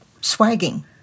swagging